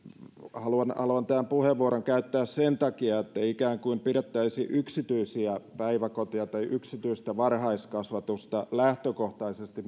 haluan haluan tämän puheenvuoron käyttää sen takia ettei ikään kuin pidettäisi yksityisiä päiväkoteja tai yksityistä varhaiskasvatusta lähtökohtaisesti